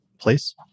Place